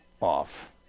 off